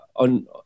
on